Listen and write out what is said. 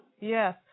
Yes